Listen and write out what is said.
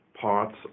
parts